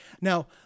Now